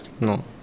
No